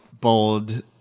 bold